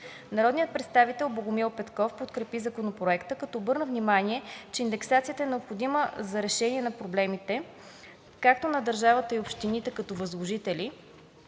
Народният представител Богомил Петков подкрепи Законопроекта, като обърна внимание, че индексацията е необходима за решение на проблемите както на държавата и общините като възложители,